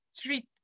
street